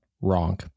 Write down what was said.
wrong